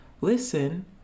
Listen